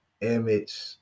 image